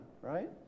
right